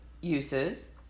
uses